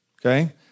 Okay